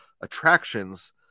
attractions